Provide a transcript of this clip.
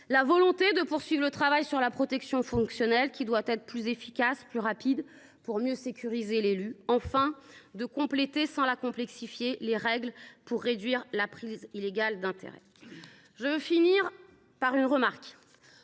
voulons poursuivre le travail sur la protection fonctionnelle, qui se doit d’être plus efficace et plus rapide, pour mieux sécuriser l’élu. Enfin, il faudra compléter, sans les complexifier, les règles pour réduire la prise illégale d’intérêts. Je conclurai par une remarque.